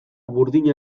burdin